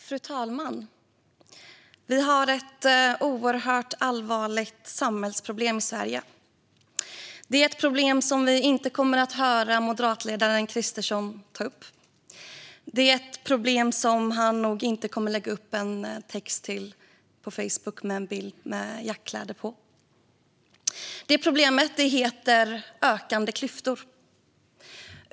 Fru talman! Vi har ett oerhört allvarligt samhällsproblem i Sverige. Men det är ett problem som vi inte kommer att höra moderatledaren Kristersson ta upp. Det är ett problem som han nog inte kommer att lägga upp en text om på Facebook med en bild med jaktkläder på. Problemet heter ökande klyftor.